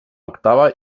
octava